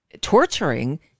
torturing